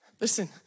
Listen